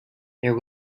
there